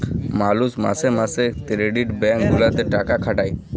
মালুষ মাসে মাসে ক্রেডিট ব্যাঙ্ক গুলাতে টাকা খাটাতে